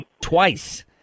twice